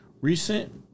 recent